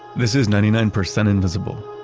this is ninety nine percent invisible.